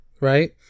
right